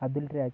Atulraj